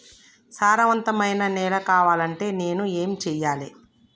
సారవంతమైన నేల కావాలంటే నేను ఏం చెయ్యాలే?